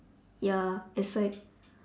ya it's like